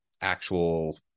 actual